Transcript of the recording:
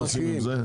אז מה עושים עם זה?